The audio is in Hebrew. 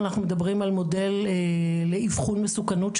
אנחנו מדברים על מודל לאיבחון מסוכנות,